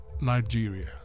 Nigeria